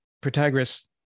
Protagoras